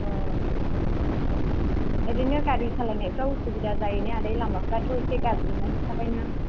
औ औ बिदिनो गारि सालायनायफ्राव उसुबिदा जायोना आदै लामाफ्राथ' इसे गाज्रि होननानै खिन्थाबाय नों